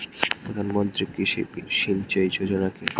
প্রধানমন্ত্রী কৃষি সিঞ্চয়ী যোজনা কি?